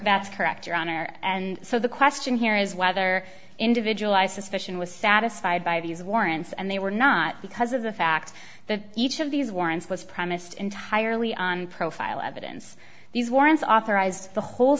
that's correct your honor and so the question here is whether individualized suspicion was satisfied by these warrants and they were not because of the fact that each of these warrants was premised entirely on profile evidence these warrants authorized the whole